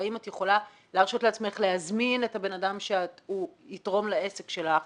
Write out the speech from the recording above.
והאם את יכולה להרשות לעצמך להזמין את הבן אדם שיתרום לעסק שלך